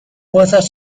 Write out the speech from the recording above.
jueces